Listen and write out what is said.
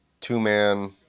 two-man